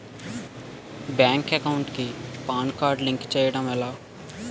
Bank account కి PAN card link చేయడం ఎలా?